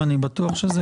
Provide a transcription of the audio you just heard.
אני בטוח שזה